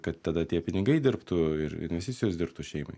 kad tada tie pinigai dirbtų ir investicijos dirbtų šeimai